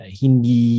hindi